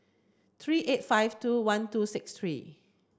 three eight five two one two six three